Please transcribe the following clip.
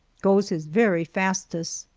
goes his very fastest,